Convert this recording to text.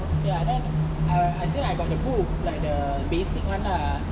ya then I I said like I got the book like the basic one lah